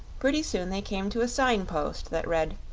pretty soon they came to a signpost that read